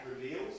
reveals